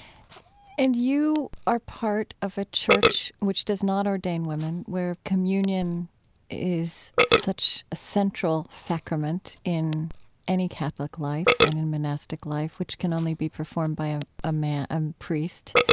and you are part of a church which does not ordain women, where communion is such a central sacrament in any catholic life and in monastic life, which can only be performed by a a man a priest.